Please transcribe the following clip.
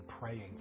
praying